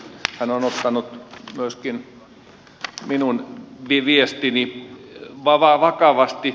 hän on ottanut myöskin minun viestini vakavasti